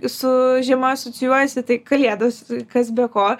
su žiema asocijuojasi tai kalėdos kas be ko